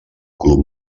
club